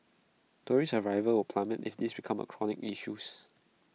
tourist arrivals plummet if this becomes A chronic issues